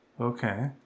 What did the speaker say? Okay